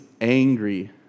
angry